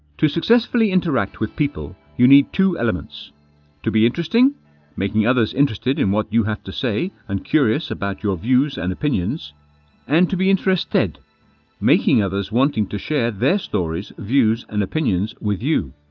to successfully interact with people you need two elements to be interesting making others interested in what you have to say, and curious about your views and opinions and to be interested making others wanting to share their stories, views and opinions with you.